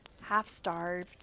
half-starved